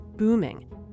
booming